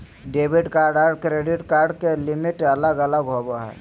debit card आर credit card के limit अलग अलग होवो हय